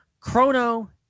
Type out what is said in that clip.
Chrono